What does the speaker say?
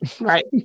Right